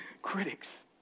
critics